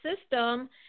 system